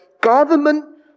government